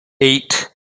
eight